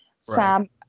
Sam